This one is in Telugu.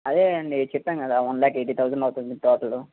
అదే అండి చెప్పాం కదా వన్ ల్యాక్ ఎయిటీ థౌజెండ్ అవుతుంది టోటలు